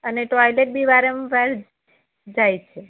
અને ટોઇલેટ બી વારંવાર જાય છે